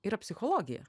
yra psichologija